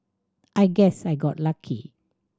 I guess I got lucky